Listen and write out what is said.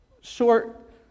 short